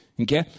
Okay